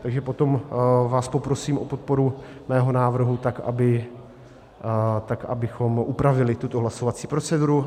Takže potom vás poprosím o podporu svého návrhu tak, abychom upravili tuto hlasovací proceduru.